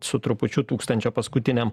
su trupučiu tūkstančio paskutiniam